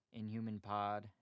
inhumanpod